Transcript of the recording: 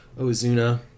ozuna